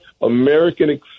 American